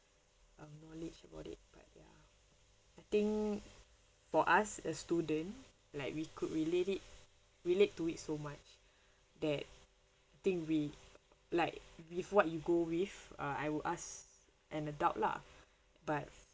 um knowledge about it but ya I think for us a student like we could relate it relate to it so much that thing we like with what you go with uh I would ask an adult lah but